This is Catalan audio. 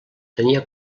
tenia